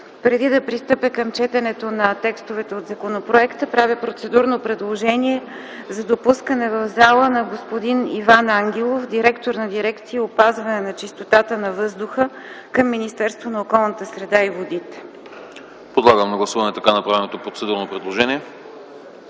Преди да пристъпя към четенето на текстовете от законопроекта, правя процедурно предложение за допускане в залата на господин Иван Ангелов – директор на дирекция „Опазване на чистотата на въздуха” към Министерството на околната среда и водите. ПРЕДСЕДАТЕЛ АНАСТАС АНАСТАСОВ: Подлагам на гласуване така направеното процедурно предложение.